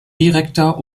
direkter